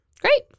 Great